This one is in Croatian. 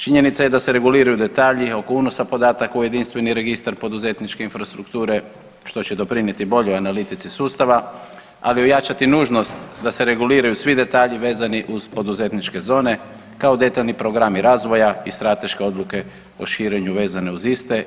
Činjenica je da se reguliraju detalji oko unosa podataka u Jedinstveni registar poduzetničke infrastrukture, što će doprinijeti boljoj analitici sustava, ali ojačati i nužnost da se reguliraju svi detalji vezani uz poduzetničke zone kao detaljni programi razvoja i strateške odluke o širenju vezano uz iste.